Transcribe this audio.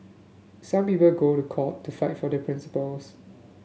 some people go to court to fight for their principles